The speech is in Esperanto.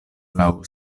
laŭ